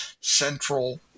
central